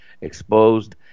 exposed